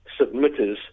submitters